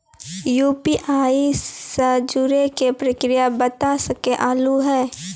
UPI से जुड़े के प्रक्रिया बता सके आलू है?